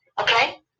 Okay